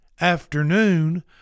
afternoon